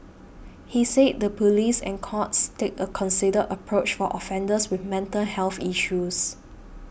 he said the police and courts take a considered approach for offenders with mental health issues